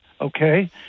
okay